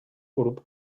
grup